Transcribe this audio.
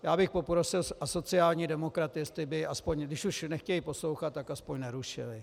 Já bych poprosil sociální demokraty, jestli by, když už nechtějí poslouchat, tak aspoň nerušili.